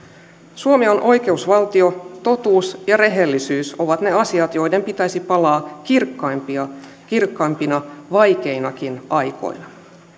suomi on oikeusvaltio totuus ja rehellisyys ovat ne asiat joiden pitäisi palaa kirkkaimpina kirkkaimpina vaikeinakin aikoina